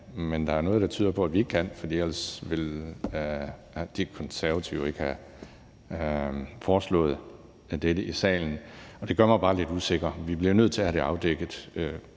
men der er noget, der tyder på, at vi ikke kan, for ellers ville De Konservative ikke have foreslået dette i salen. Og det gør mig bare lidt usikker. Vi bliver nødt til at have det afdækket.